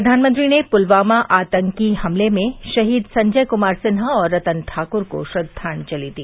प्रधानमंत्री ने पुलवामा आतंकवादी हमले में शहीद संजय कुमार सिन्हा और रतन ठाकुर को श्रद्वांजलि दी